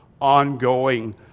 ongoing